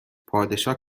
پادشاه